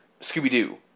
Scooby-Doo